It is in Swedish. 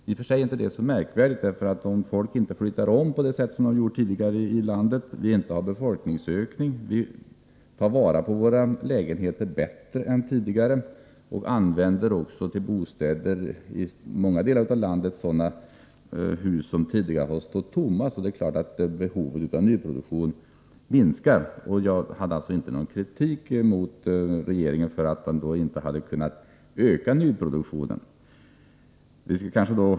I och för sig är inte det så märkvärdigt — om folk inte flyttar runt i landet på det sätt som man tidigare gjorde, om vi inte har någon befolkningsökning, om vi tar vara på våra bostäder bättre än tidigare och i många delar av landet till bostäder använder sådana hus som tidigare har stått tomma är det klart att behovet av nyproduktion minskar. Jag riktade alltså inte någon kritik mot regeringen för att den inte har kunnat öka nyproduktionen.